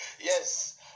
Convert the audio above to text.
yes